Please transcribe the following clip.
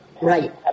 Right